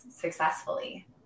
successfully